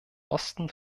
osten